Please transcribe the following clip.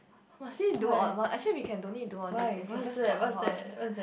must we do all actually we can don't need do all these we can just talk about others